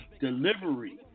delivery